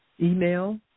email